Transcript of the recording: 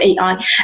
AI